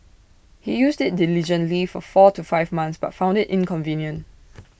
he used IT diligently for four to five months but found IT inconvenient